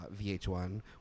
VH1